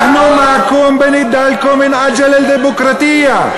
נחנא מעכם בנדאלכם מן אג'ל א-דימקראטיה.